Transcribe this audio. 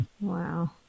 Wow